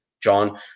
John